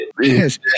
Yes